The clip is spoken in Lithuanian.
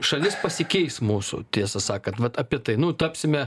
šalis pasikeis mūsų tiesą sakant vat apie tai nu tapsime